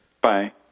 Bye